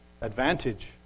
advantage